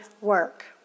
work